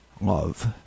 love